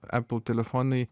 apple telefonai